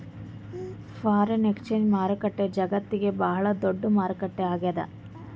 foreign exchange market ಜಗತ್ತ್ನಾಗೆ ಭಾಳ್ ದೊಡ್ಡದ್ ಮಾರುಕಟ್ಟೆ ಆಗ್ಯಾದ